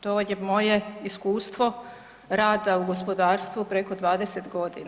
To je moje iskustvo rada u gospodarstvu preko 20.g.